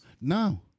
No